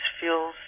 feels